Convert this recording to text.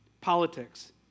politics